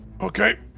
Okay